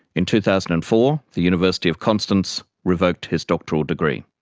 in two thousand and four the university of konstanz revoked his doctoral degree.